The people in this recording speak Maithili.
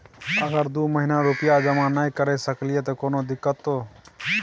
अगर दू महीना रुपिया जमा नय करे सकलियै त कोनो दिक्कतों?